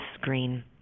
screen